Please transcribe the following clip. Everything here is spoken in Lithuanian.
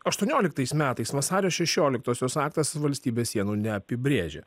aštuonioliktais metais vasario šešioliktosios aktas valstybės sienų neapibrėžė